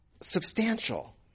substantial